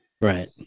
Right